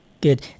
Good